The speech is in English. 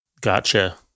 Gotcha